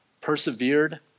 persevered